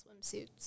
swimsuits